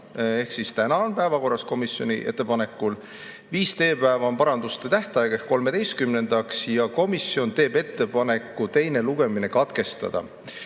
ehk siis täna on päevakorras komisjoni ettepanekul. Viis tööpäeva on paranduste tähtaeg ehk 13-ndaks. Ja komisjon teeb ettepaneku teine lugemine katkestada.